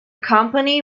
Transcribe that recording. company